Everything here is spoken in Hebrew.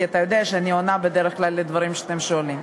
כי אתה יודע שאני בדרך כלל עונה על הדברים שאתם שואלים.